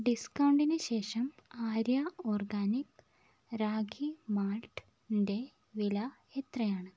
ഡിസ്കൗണ്ടിന് ശേഷം ആര്യ ഓർഗാനിക് റാഗി മാൾട്ടിന്റെ വില എത്രയാണ്